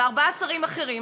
וארבעה שרים אחרים.